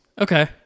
Okay